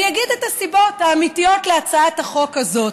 אני אגיד את הסיבות האמיתיות להצעת החוק הזאת.